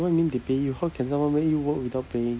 what you mean they pay you how can someone make you work without paying